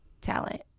talent